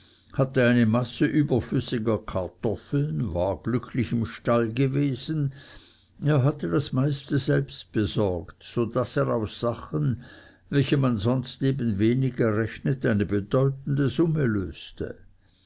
hatte eine masse überflüssiger kartoffeln war glücklich im stall gewesen er hatte das meiste selbst besorgt so daß er aus sachen welche man sonst eben weniger rechnet eine bedeutende summe löste